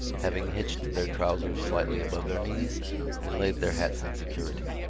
having hitched their trousers slightly above their knees and laid their hats in security.